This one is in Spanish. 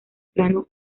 plano